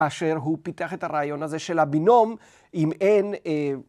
‫אשר הוא פיתח את הרעיון הזה ‫של הבינום אם אין...